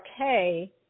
okay